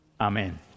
Amen